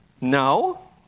No